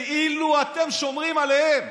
כאילו אתם שומרים עליהם.